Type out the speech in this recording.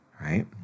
right